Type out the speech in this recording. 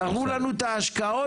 תראו לנו את ההשקעות,